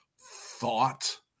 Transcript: thought